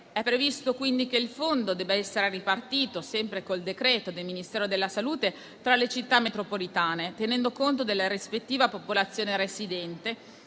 previsto che il fondo debba essere ripartito, sempre con decreto del Ministero della salute, tra le Città metropolitane, tenendo conto della rispettiva popolazione residente;